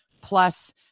plus